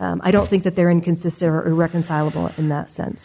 i don't think that they're inconsistent or irreconcilable in that sense